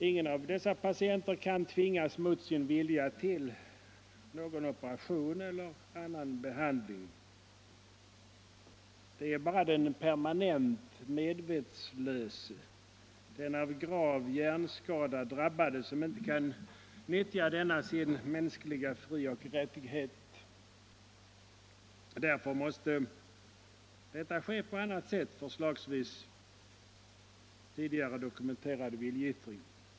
Ingen av dessa patienter kan mot sin vilja tvingas till en operation eller någon annan behandling. Det är bara den permanent medvetslöse, den av grav hjärnskada drabbade, som inte kan nyttja denna sin mänskliga frioch rättighet. Därför måste detta ske på annat sätt, förslagsvis genom tidigare dokumenterad viljeyttring.